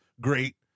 Great